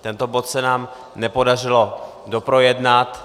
Tento bod se nám nepodařilo doprojednat.